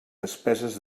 despeses